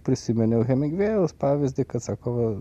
prisiminiau hemingvėjaus pavyzdį kad sako